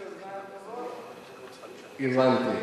הבנתי.